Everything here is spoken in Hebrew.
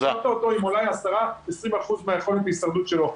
השארת אותו עם אולי 10%-20% מיכולת ההישרדות שלו.